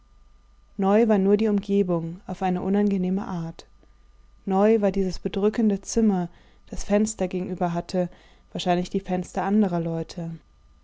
neu war nur die umgebung auf eine unangenehme art neu war dieses bedrückende zimmer das fenster gegenüber hatte wahrscheinlich die fenster anderer leute